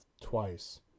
twice